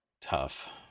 tough